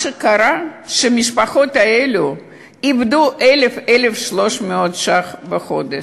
המשפחות האלה איבדו 1,000 1,300 ש"ח בחודש.